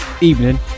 evening